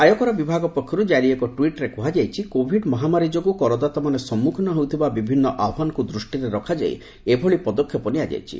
ଆୟକର ବିଭାଗ ପକ୍ଷରୁ ଜାରି ଏକ ଟ୍ୱିଟ୍ରେ କୁହାଯାଇଛି କୋଭିଡ ମହାମାରୀ ଯୋଗୁଁ କରଦାତାମାନେ ସମ୍ମୁଖୀନ ହେଉଥିବା ବିଭିନ୍ନ ଆହ୍ୱାନକୁ ଦୃଷ୍ଟିରେ ରଖାଯାଇ ଏଭଳି ପଦକ୍ଷେପ ନିଆଯାଇଛି